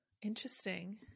Interesting